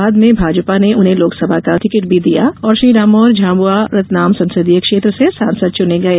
बाद में भाजपा ने उन्हें लोकसभा का टिकट भी दिया और श्री डामोर झाबुआ रतलाम संसदीय क्षेत्र से सांसद चुने गये